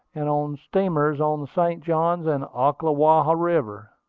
and on steamers on the st. johns and ocklawaha rivers.